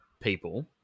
people